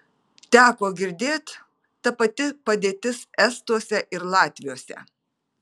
teko girdėt ta pati padėtis estuose ir latviuose